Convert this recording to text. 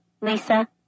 Lisa